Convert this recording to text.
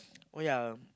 oh ya